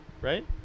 right